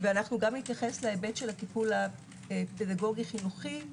וגם נתייחס להיבט של הטיפול הפדגוגי החינוכי,